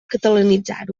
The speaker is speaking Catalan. catalanitzar